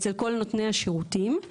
אצל כל נותני השירותים.